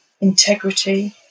integrity